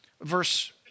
verse